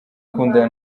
gukundana